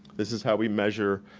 this is how we measure